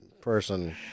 person